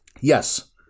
Yes